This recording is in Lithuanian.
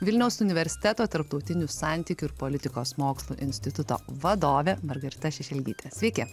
vilniaus universiteto tarptautinių santykių ir politikos mokslų instituto vadovė margarita šešelgytė sveiki